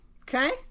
Okay